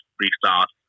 restart